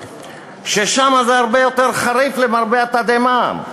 ששם זה הרבה יותר חריף למרבה התדהמה.